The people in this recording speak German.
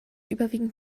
überwiegend